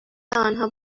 آنها